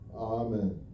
Amen